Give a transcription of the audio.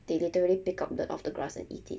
they literally pick up the of the grass and eat it